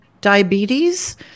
diabetes